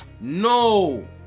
No